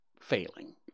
failing